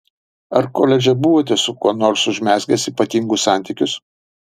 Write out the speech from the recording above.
ar koledže buvote su kuo nors užmezgęs ypatingus santykius